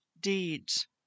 deeds